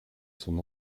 son